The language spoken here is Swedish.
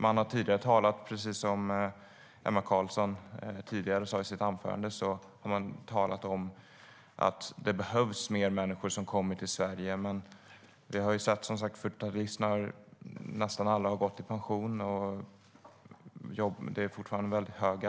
Man har tidigare talat om att det behövs mer människor i Sverige, precis som Emma Carlsson Löfdahl sa i sitt anförande, men nu har nästan alla 40-talister gått i pension och arbetslösheten är fortfarande väldigt hög.